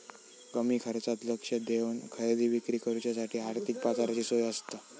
कमी खर्चात लक्ष देवन खरेदी विक्री करुच्यासाठी आर्थिक बाजाराची सोय आसता